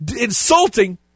insulting